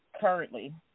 currently